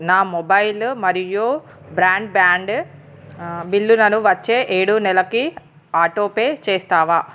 నా మొబైల్ మరియు broadband బిల్లులను వచ్చే ఏడు నెలకి ఆటోపే చేస్తావా